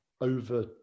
over